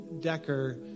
Decker